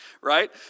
right